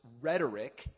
rhetoric